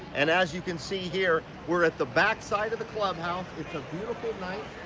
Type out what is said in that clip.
and as you can see here, we're at the backside of the clubhouse. it's a beautiful night,